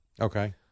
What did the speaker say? Okay